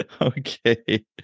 Okay